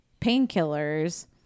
painkillers